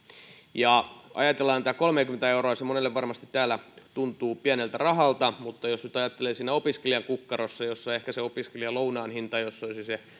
kun ajatellaan tätä kolmeakymmentä euroa se varmasti monelle täällä tuntuu pieneltä rahalta mutta jos nyt ajattelee sitä siinä opiskelijan kukkarossa jos opiskelijalounaan hinta olisi